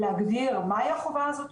להגדיר מה היא החובה הזו,